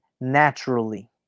naturally